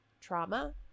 trauma